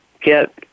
get